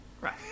Right